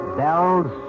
bells